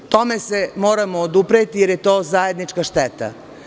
Tome se moramo odupreti, jer je to zajednička šteta.